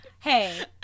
Hey